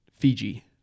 Fiji